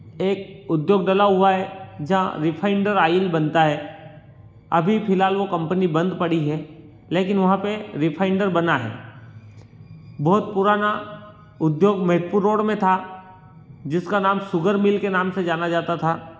एक उद्योग डला हुआ है जहाँ रिफाइंडर आइल बनता है अभी फिलहाल वो कंपनी बंद पड़ी है लेकिन वहाँ पर रिफाइंडर बना है बहुत पुराना उद्योग महतपुर रोड में था जिसका नाम शुगर मिल के नाम से जाना जाता था